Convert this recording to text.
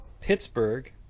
Pittsburgh